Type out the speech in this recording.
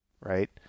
right